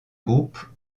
groupe